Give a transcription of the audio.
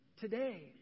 today